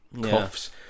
cuffs